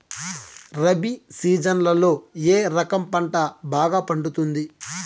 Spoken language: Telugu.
రబి సీజన్లలో ఏ రకం పంట బాగా పండుతుంది